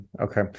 okay